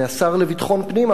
זה השר לביטחון פנים,